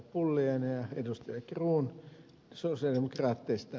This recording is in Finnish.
pulliainen ja ed